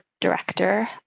Director